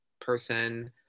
person